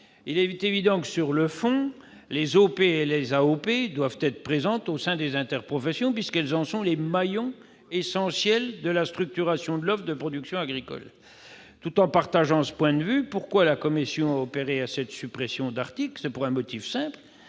Il est évident que, sur le fond, les OP et les AOP doivent être présentes au sein des interprofessions, puisqu'elles sont les maillons essentiels de la structuration de l'offre de production agricole. Tout en partageant ce point de vue, pourquoi la commission a-t-elle supprimé cet article ? Pour un motif simple